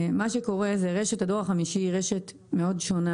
מה שקורה זה רשת הדור ה-5 היא רשת מאוד שונה